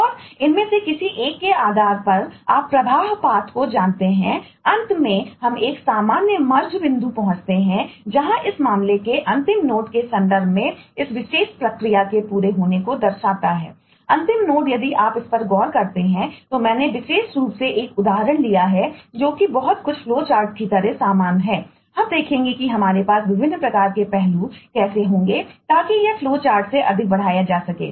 और इनमें से किसी एक के आधार पर आप प्रवाह पाथ से अधिक बढ़ाया जा सके